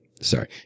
sorry